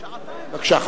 בבקשה.